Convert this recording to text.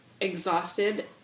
exhausted